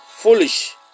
Foolish